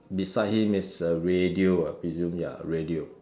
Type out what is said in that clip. beside him is a radio ah I presume ya radio